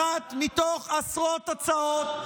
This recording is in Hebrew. אחת מתוך עשרות הצעות.